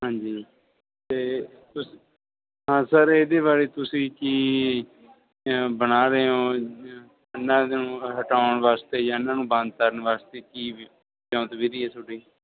ਹਾਂਜੀ ਅਤੇ ਤੁਸੀਂ ਤਾਂ ਸਰ ਇਹਦੇ ਬਾਰੇ ਤੁਸੀਂ ਕੀ ਬਣਾ ਰਹੇ ਹੋ ਇਹਨਾਂ ਨੂੰ ਹਟਾਉਣ ਵਾਸਤੇ ਜਾਂ ਇਹਨਾਂ ਨੂੰ ਬੰਦ ਕਰਨ ਵਾਸਤੇ ਕੀ ਵੀ ਵਿਉਂਤ ਵਿਧੀ ਹੈ ਤੁਹਾਡੀ